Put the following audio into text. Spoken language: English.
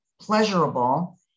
pleasurable